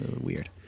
weird